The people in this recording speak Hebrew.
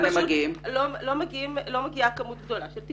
פשוט לא מגיעה כמות גדולה של תיקים.